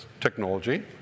technology